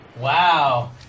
Wow